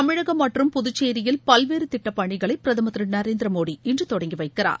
தமிழகம் மற்றும் புதுச்சேரியில் பல்வேறு திட்டப் பணிகளை பிரதமர் திரு நரேந்திர மோடி இன்று தொடங்கி வைக்கிறார்